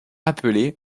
appelé